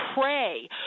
pray